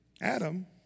Adam